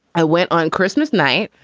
i went on christmas night,